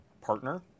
partner